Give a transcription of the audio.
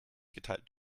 geteilt